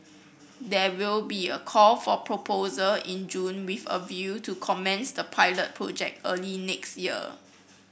there will be a call for proposal in June with a view to commence the pilot project early next year